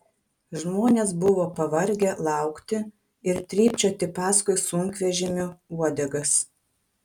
žmonės buvo pavargę laukti ir trypčioti paskui sunkvežimių uodegas